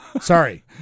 Sorry